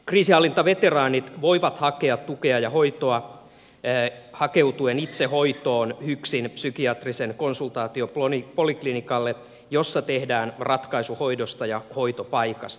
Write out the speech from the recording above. kriisinhallintaveteraanit voivat hakea tukea ja hoitoa hakeutuen itse hoitoon hyksin psykiatriselle konsultaatiopoliklinikalle missä tehdään ratkaisu hoidosta ja hoitopaikasta